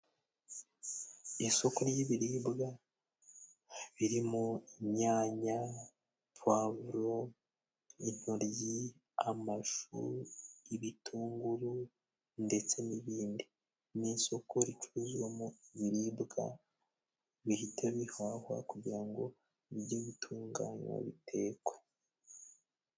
Isoko ry'ibiribwa birimo inyanya, pwavro, intoryi, amashu, ibitunguru ndetse n'ibindi. Ni isoko ricuruzwamo ibiribwa bihita bihahwa kugira ngo bijye gutunganywa bitekwe.